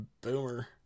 Boomer